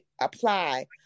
apply